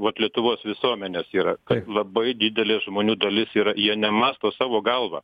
vat lietuvos visuomenės yra kad labai didelė žmonių dalis yra jie nemąsto savo galva